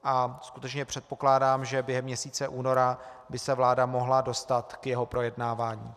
A skutečně předpokládám, že během měsíce února by se vláda mohla dostat k jeho projednávání.